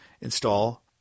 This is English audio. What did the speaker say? install